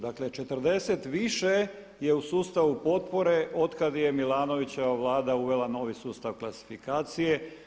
Dakle, 40 više je u sustavu potpore od kad je Milanovićeva Vlada uvela novi sustav klasifikacije.